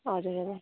हजुर हजुर